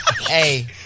hey